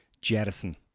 jettison